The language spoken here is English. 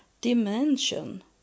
dimension